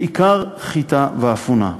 בעיקר חיטה ואפונה.